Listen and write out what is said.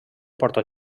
porta